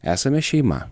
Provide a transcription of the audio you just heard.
esame šeima